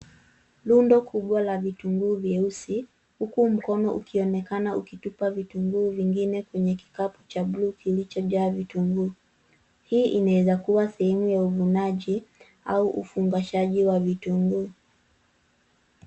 Rundo kubwa la vitunguu vyeusi. Huku mkono ukionekana ukitupa vitunguu vingine kwenye kikapu cha bluu kilichojaa vitunguu. Hii inaweza kuwa sehemu ya uvunaji au ufungashaji wa vitunguu.